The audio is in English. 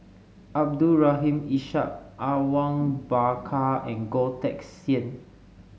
Abdul Rahim Ishak Awang Bakar and Goh Teck Sian